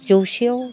जौसेयाव